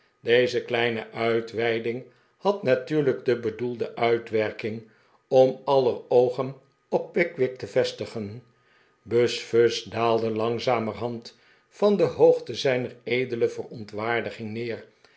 deze kleine uitweiding had natuurlijk de bedoelde uitwerking om aller oogen op pickwick te vestigen buzfuz daalde langzamerhand van de hoogte zijner edele verontwaardiging neer